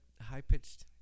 high-pitched